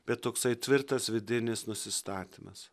bet toksai tvirtas vidinis nusistatymas